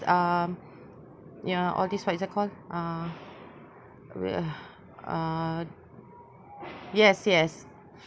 um ya all this what is that call uh uh uh yes yes